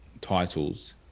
titles